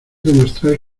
demostrar